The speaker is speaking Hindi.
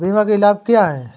बीमा के लाभ क्या हैं?